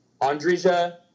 Andrija